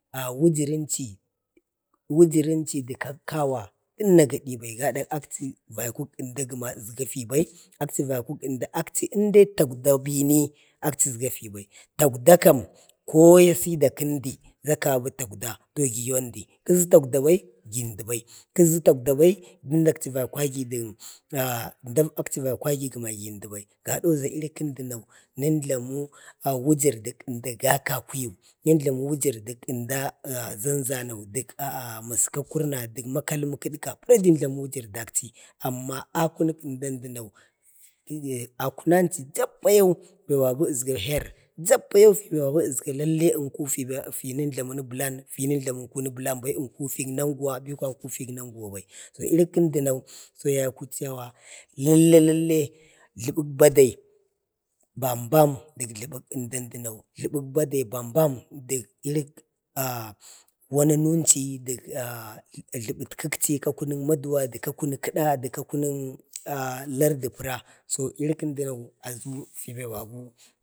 ah wujirinci de kak kawa dənna gadi bai. gada akchi vaiko ənda gəma əʒga fibai, akchi vaiko ənda, akchi indai takwda bini akchi əʒga fibi, takwda kam ko ya sida kəndi ʒa kabi takwda to giyau əndi. kəʒa takwda bai gi əndi bai, kəʒa takwda bai dən akchi vai kagi dən ah əmdan akchi vai kagi gəna gi əndəbai. gadau ne ʒa iri kəndənau nən jlamə wujar da ənda ga kakuyu, nən jlamu wujər dən ənda ʒanʒano, ah ah masəka kurna dək makalmu dəha pra jan jlamu wujur dakchi. amma a kunuk əndan duno. a kunanchi jappa yau be babu əʒga her, jappa yua aʒga lalle fi nən jlaməna bəlan fi nən jlamu unku bəlan bai. ənku fi nanguwa biwa ənku fi nanguwa bai. to iri kəndənau sai yaiku cewa llai jləbək badai bam bam dək jləbək əmdənau, jləbək bade bam dək irək wananənchi ah jləbət kəkchi ka kunun maduwa də ka kunu da, də kunu lardə pəra so iri kəndu nou aʒu fibe babu.